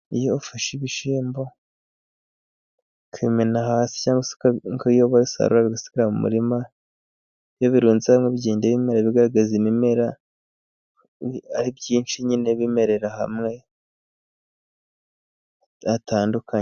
Iyo ufashe ibishyimbo ukabimena hasi, cyangwa se nk'iyo basaruye bigasigara mu murima, iyo birunze hamwe bigenda bimera bigaragaza imimera, ari byinshi nyine bimerera hamwe hatandukanye.